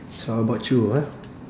so how about you ah